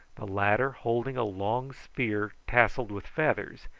the latter holding a long spear tasselled with feathers,